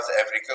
Africa